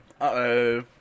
Uh-oh